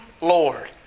Lord